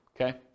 Okay